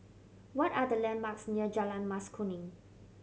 what are the landmarks near Jalan Mas Kuning